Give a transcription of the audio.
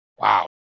Wow